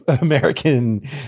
American